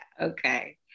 Okay